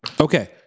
Okay